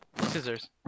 scissors